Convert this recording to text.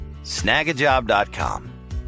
snagajob.com